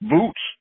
Boots